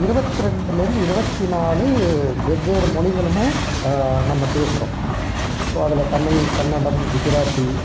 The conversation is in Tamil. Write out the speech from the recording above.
இருபத்தி ரெண்டுலேருந்து இருபத்தி நாலு வெவ்வேறு மொழிகளுமே நம்ம பேசுகிறோம் ஸோ அதில் தமிழ் கன்னடம் குஜராத்தி